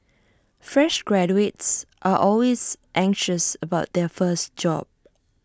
fresh graduates are always anxious about their first job